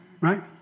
right